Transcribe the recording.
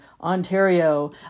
Ontario